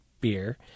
beer